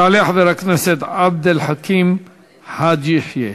יעלה חבר הכנסת עבד אל חכים חאג' יחיא,